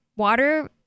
water